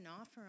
offer